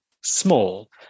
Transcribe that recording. small